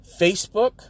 Facebook